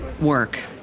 work